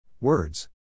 Words